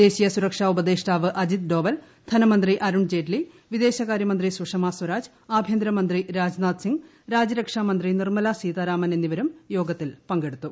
ദേശീയ സുരക്ഷാ ഉപദേഷ്ടാവ് അജിത് ദോവൽ ധൃന്മൂന്തി അരുൺ ജയ്റ്റിലി വിദേശകാര്യമന്ത്രി സുഷമ സ്വരാജ് ആഭ്യന്തരമന്ത്രി രാജ്നാഥ് സിംഗ് രാജ്യരക്ഷാമന്ത്രി നിർമ്മലാ സ്റീത്രാരാ്മൻ എന്നിവരും യോഗത്തിൽ പങ്കെടുത്തു